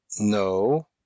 No